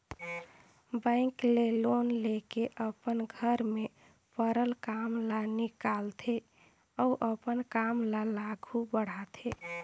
bank ले loan लेके अपन घर में परल काम ल निकालथे अउ अपन काम ल आघु बढ़ाथे